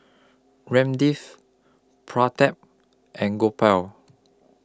Ramdev Pratap and Gopal